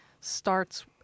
starts